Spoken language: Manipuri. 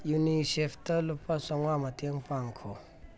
ꯌꯨꯅꯤꯁꯦꯐꯇ ꯂꯨꯄꯥ ꯆꯥꯝꯃꯉꯥ ꯃꯇꯦꯡ ꯄꯥꯡꯈꯣ